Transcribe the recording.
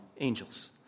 angels